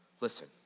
Listen